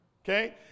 Okay